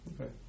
Okay